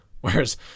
Whereas